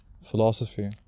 philosophy